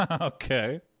Okay